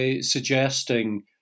suggesting